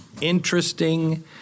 interesting